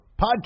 podcast